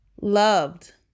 loved